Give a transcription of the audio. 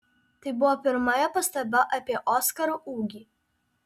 tai buvo pirma jo pastaba apie oskaro ūgį